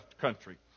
country